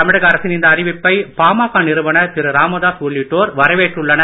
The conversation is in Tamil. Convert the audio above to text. தமிழக அரசின் இந்த அறிவிப்பை பாமக நிறுவனர் திரு ராமதாஸ் உள்ளிட்டோர் வரவேற்றுள்ளனர்